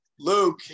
Luke